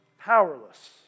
powerless